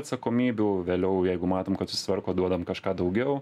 atsakomybių vėliau jeigu matom kad susitvarko duodam kažką daugiau